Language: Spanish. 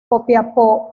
copiapó